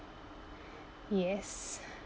yes